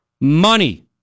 money